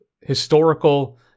historical